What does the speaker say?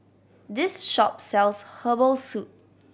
this shop sells herbal soup